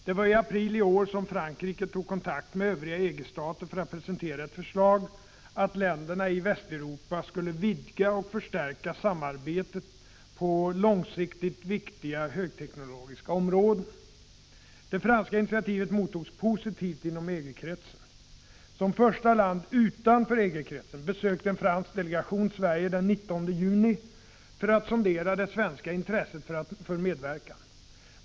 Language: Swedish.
Det var i april i år som Frankrike tog kontakt med övriga EG-stater för att presentera ett förslag att länderna i Västeuropa skulle vidga och förstärka samarbetet på långsiktigt viktiga högteknologiska områden. Det franska initiativet mottogs positivt inom EG-kretsen. Som första land utanför EG-kretsen besökte en fransk delegation Sverige den 19 juni för att sondera det svenska intresset för medverkan.